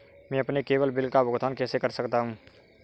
मैं अपने केवल बिल का भुगतान कैसे कर सकता हूँ?